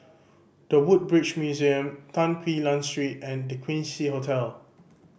The Woodbridge Museum Tan Quee Lan Street and The Quincy Hotel